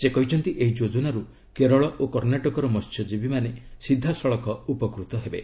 ସେ କହିଛନ୍ତି ଏହି ଯୋଜନାରୁ କେରଳ ଓ କର୍ଣ୍ଣାଟକର ମହ୍ୟଜୀବୀମାନେ ସିଧାସଳଖ ଉପକୃତ ହେବେ